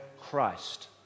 Christ